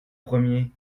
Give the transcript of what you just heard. premier